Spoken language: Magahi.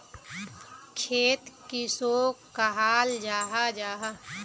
खेत किसोक कहाल जाहा जाहा?